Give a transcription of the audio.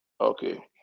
Okay